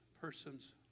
person's